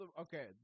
okay